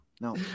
no